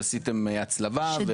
שעשיתם הצלבה.